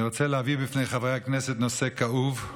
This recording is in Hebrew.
אני רוצה להביא בפני חברי הכנסת נושא כאוב,